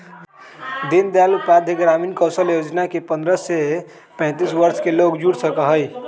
दीन दयाल उपाध्याय ग्रामीण कौशल योजना से पंद्रह से पैतींस वर्ष के लोग जुड़ सका हई